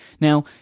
Now